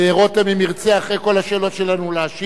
רותם, אם ירצה, אחרי כל השאלות שלנו, להשיב,